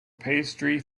pastry